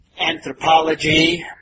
Anthropology